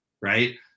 right